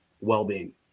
well-being